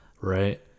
right